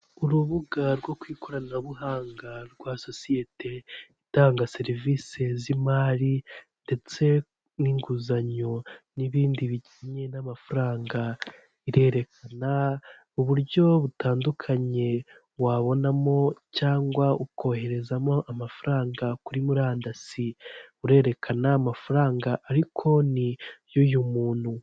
Urubuga rwo ku ikoranabuhanga rwa sosiyete itanga serivisi z'imari, ndetse n'inguzanyo n'ibindi bijyanye n'amafaranga, irerekana uburyo butandukanye wabonamo cyangwa ukoherezamo amafaranga kuri murandasi urerekana amafaranga ari konti y'uyu muntu.